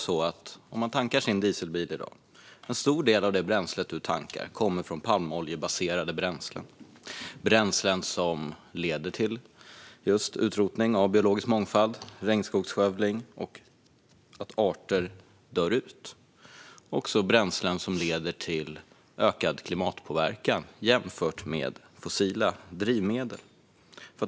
När man tankar sin dieselbil i dag kommer nämligen en stor del av det bränslet från palmoljebaserade bränslen, alltså bränslen som leder till just utrotning av biologisk mångfald, regnskogsskövling och att arter dör ut. Det är också bränslen som leder till ökad klimatpåverkan jämfört med fossila drivmedel.